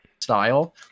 style